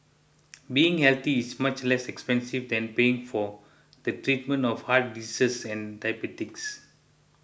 being healthy is much less expensive than paying for the treatment of heart disease and diabetes